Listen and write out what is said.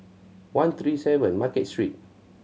one three seven Market Street